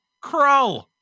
Crow